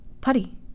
Putty